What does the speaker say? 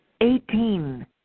Eighteen